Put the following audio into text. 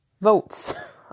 votes